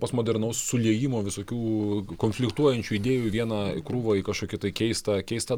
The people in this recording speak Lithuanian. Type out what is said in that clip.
postmodernaus suliejimo visokių konfliktuojančių idėjų į vieną krūvą į kažkokį tai keistą keistą